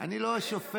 אני לא שופט,